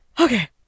okay